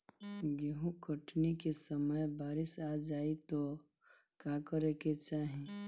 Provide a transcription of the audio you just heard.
गेहुँ कटनी के समय बारीस आ जाए तो का करे के चाही?